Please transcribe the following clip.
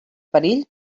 perill